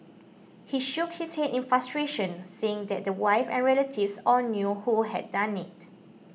he shook his head in frustration saying that the wife and relatives all knew who had done it